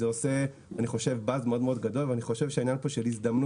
אני חושב שזה עושה באז מאוד גדול ואני חושב שהעניין של ההזדמנות